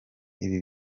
ibi